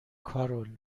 کارول